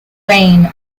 reign